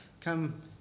come